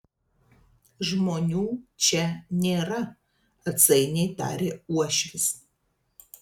žmonių čia nėra atsainiai tarė uošvis